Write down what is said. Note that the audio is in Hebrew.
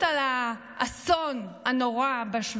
כפי שהיטיב לתאר זאת העיתונאי אריה גולן,